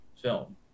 film